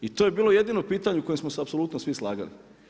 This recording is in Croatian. I to je bilo jedino pitanje u kojem smo se apsolutno svi slagali.